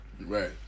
Right